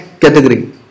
category